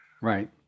Right